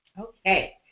Okay